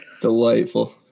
delightful